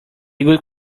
good